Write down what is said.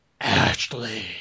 Ashley